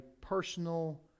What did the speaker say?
personal